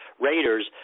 Raiders